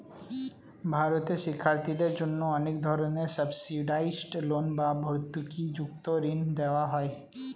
ভারতে শিক্ষার্থীদের জন্য অনেক ধরনের সাবসিডাইসড লোন বা ভর্তুকিযুক্ত ঋণ দেওয়া হয়